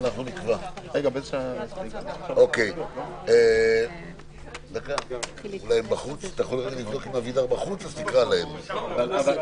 הישיבה ננעלה בשעה 10:11.